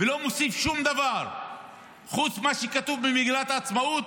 ולא מוסיף שום דבר חוץ ממה שכתוב במדינת העצמאות,